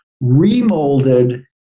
remolded